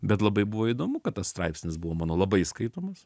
bet labai buvo įdomu kad tas straipsnis buvo mano labai skaitomas